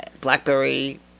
Blackberry